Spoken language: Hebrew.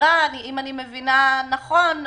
אם אני מבינה נכון,